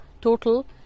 total